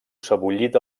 sebollit